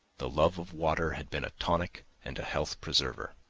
the love of water had been a tonic and a health preserver.